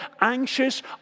anxious